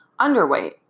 underweight